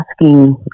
asking